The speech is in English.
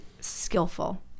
skillful